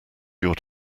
you’re